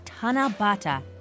Tanabata